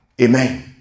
Amen